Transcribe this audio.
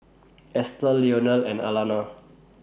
Estelle Leonel and Alanna